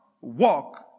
walk